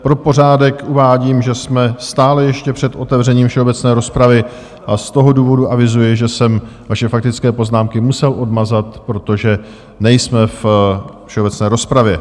Pro pořádek uvádím, že jsme stále ještě před otevřením všeobecné rozpravy, a z toho důvodu avizuji, že jsem vaše faktické poznámky musel odmazat, protože nejsme ve všeobecné rozpravě.